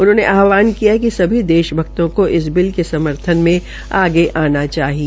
उन्होंने आहवान किया कि सभी देश भक्तों को इस बिल के समर्थन में आगे आना चाहिए